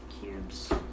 cubes